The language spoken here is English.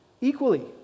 equally